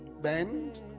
bend